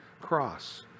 cross